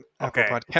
Okay